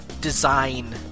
design